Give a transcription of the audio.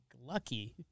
lucky